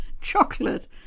Chocolate